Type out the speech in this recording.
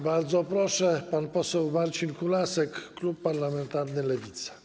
Bardzo proszę, pan poseł Marcin Kulasek, klub parlamentarny Lewica.